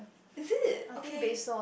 is it okay